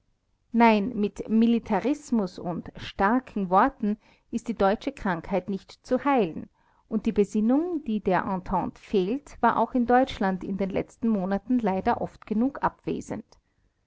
nein mit militarismus und starken worten ist die deutsche krankheit nicht zu heilen und die besinnung die der entente fehlt war auch in deutschland in den letzten monaten leider oft genug abwesend